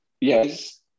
Yes